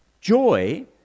Joy